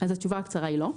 התשובה הקצרה היא לא.